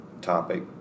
topic